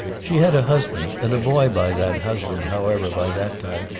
she had a husband and a boy by that husband, however, by that time,